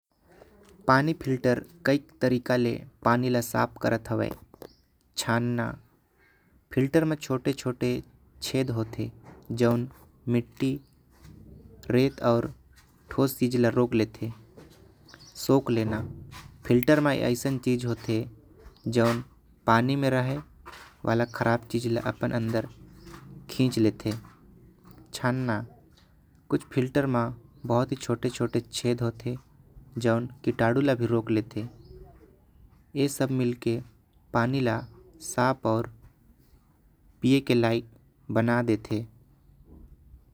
पानी फिल्टर कई तरीका ले पानी ल साफ करत। हैवे छानना फिल्टर में छोटे छोटे छेद होते जवान मिट्टी रेत आऊ। ठोस चीज ल रोक लहे होते जैसे शोक लेना। फिल्टर में ऐसा चीज होते जॉन पानी म खराब चीज रहे। ओला अपन अंदर खींच लेवे छानना कुछ फिल्टर म छोटे छोटे छेद होते। जॉन कीटाणु ल भी रोक लेते। ए सब पानी ल मिलकर साफ और पिए के लाइक बना देते।